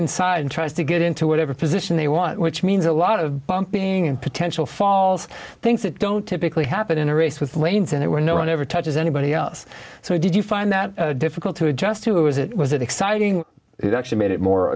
inside and tries to get into whatever position they want which means a lot of bumping and potential falls things that don't typically happen in a race with lanes and it where no one ever touches anybody else so did you find that difficult to adjust to it was it was exciting it actually made it more